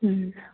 ਜੀ